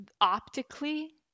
optically